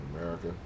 America